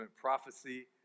Prophecy